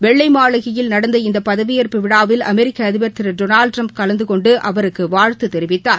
வெள்ளை மாளிகையில் நடந்த இந்த பதவியேற்பு விழாவில் அமெரிக்க அதிபர் திரு டொனால்ட் ட்ரம்ப் கலந்து கொண்டு அவருக்கு வாழ்த்து தெரிவித்தார்